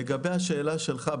לגבי השאלה שלך,